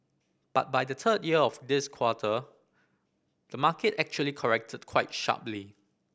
but by the third year of this quarter the market actually corrected quite sharply